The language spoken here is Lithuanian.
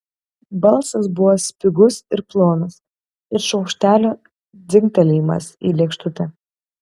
balsas buvo spigus ir plonas it šaukštelio dzingtelėjimas į lėkštutę